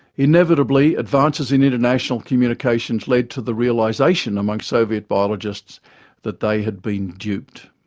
inevitably, advances in international communications led to the realisation amongst soviet biologists that they had been duped.